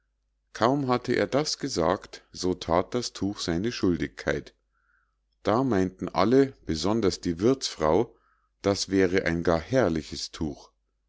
kaum hatte er das gesagt so that das tuch seine schuldigkeit da meinten alle besonders die wirthsfrau das wäre ein gar herrliches tuch